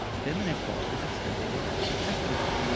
feminine qualities that stimulate estrogen.